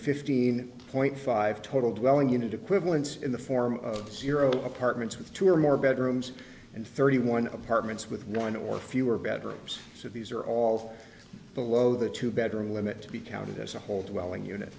fifteen point five total dwelling unit equivalents in the form zero apartments with two or more bedrooms and thirty one apartments with one or fewer bedrooms so these are all below the two bedroom limit to be counted as a hold well in unit